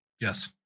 yes